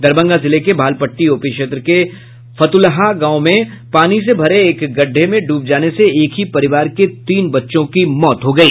दरभंगा जिले के भालपट्टी ओपी क्षेत्र के फतुलहा गांव में पानी से भरे एक गड्ढे में डूब जाने से एक ही परिवार के तीन बच्चों की मौत हो गयी